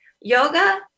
Yoga